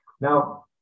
Now